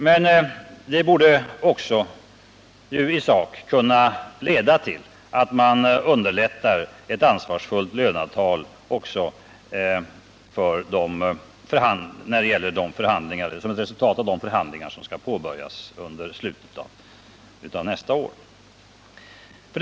Men det borde också i sak kunna leda till att man underlättar ett ansvarsfullt löneavtal såsom ett resultat av de förhandlingar som skall påbörjas under slutet av nästa år. 5.